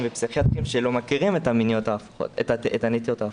ופסיכיאטרים שלא מכירים את הנטיות ההפוכות.